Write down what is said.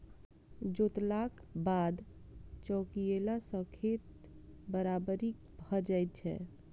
जोतलाक बाद चौकियेला सॅ खेत बराबरि भ जाइत छै